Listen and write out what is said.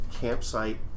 campsite